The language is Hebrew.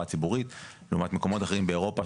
ציבורית לעומת מקומות אחרים באירופה,